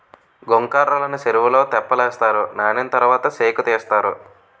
గొంకర్రలని సెరువులో తెప్పలేస్తారు నానిన తరవాత సేకుతీస్తారు